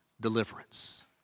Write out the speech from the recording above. deliverance